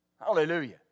Hallelujah